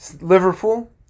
Liverpool